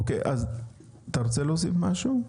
אוקיי אז אתה רוצה להוסיף משהו?